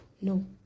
no